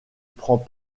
prend